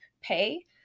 pay